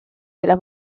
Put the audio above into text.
della